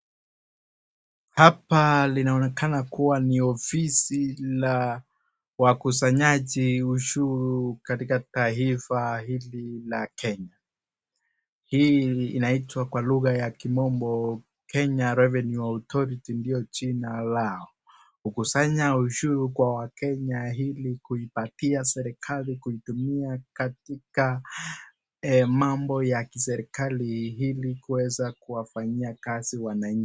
Hapa linaonekana kuwa ni ofisi la wakusanyaji wa ushuru katika taifa hilo la Kenya, hii inaogwa kwa lugha ya kimombo Kenya Revenue Authority ndio jina lao, kukusanya ushuru kwa wakenya hili kuioatia serikali kuitumia katika mambo ya kiserikali ili kuweza kuwafanyia wananchi kazi.